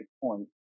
point